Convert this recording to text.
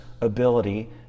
ability